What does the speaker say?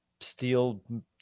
steel